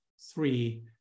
three